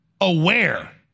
aware